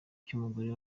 cy’umugore